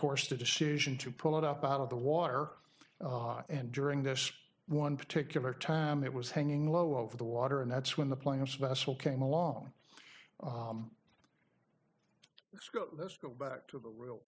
course the decision to pull it up out of the water and during this one particular time it was hanging low over the water and that's when the plane successful came along it's got this go back to the real